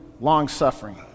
long-suffering